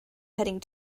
heading